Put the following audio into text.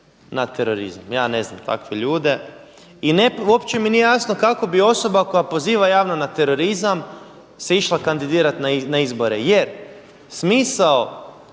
na terorizam, ja ne znam takve ljude. I uopće mi nije jasno kako bi osoba koja poziva javno na terorizam se išla kandidirati na izbore jer smisao,